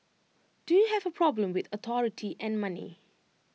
do you have A problem with authority and money